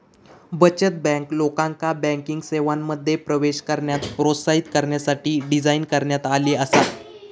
बचत बँक, लोकांका बँकिंग सेवांमध्ये प्रवेश करण्यास प्रोत्साहित करण्यासाठी डिझाइन करण्यात आली आसा